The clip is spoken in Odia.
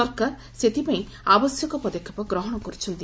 ସରକାର ସେଥପାଇଁ ଆବଶ୍ୟକ ପଦକ୍ଷେପ ଗ୍ରହଶ କର୍ଛନ୍ତି